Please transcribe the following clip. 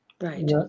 Right